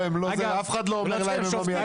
אבל ברור לחלוטין שזה נמשך.